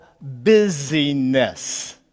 busyness